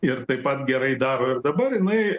ir taip pat gerai daro ir dabar jinai